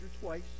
twice